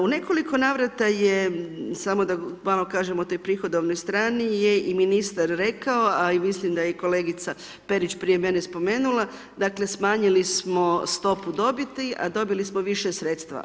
U nekoliko navrata je samo malo da kažem o toj prihodovnoj strani je i ministar rekao, a i mislim da je i kolegica Perić prije mene spomenula dakle smanjili smo stopu dobiti a dobili smo više sredstava.